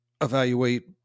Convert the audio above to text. evaluate